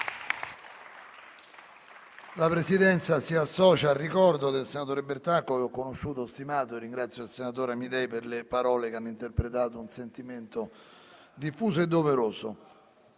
La Presidenza si associa al ricordo del senatore Bertacco. L'ho conosciuto e stimato. Pertanto, ringrazio il senatore Amidei per le parole che hanno interpretato un sentimento diffuso e doveroso.